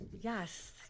yes